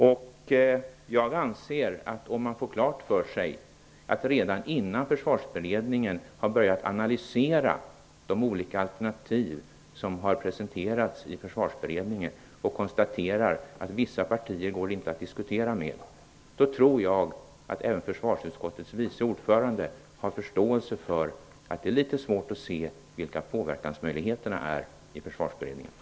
Jag tror nog att även försvarsutskottets vice ordförande har förståelse för att det är litet svårt att se vilka påverkansmöjligheterna är i Försvarsberedningen, om man får klart för sig att det konstaterats att vissa partier inte går att diskutera med redan innan Försvarsberedningen har börjat analysera de olika alternativ som har presenterats.